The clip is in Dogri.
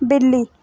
बिल्ली